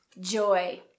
Joy